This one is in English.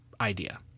idea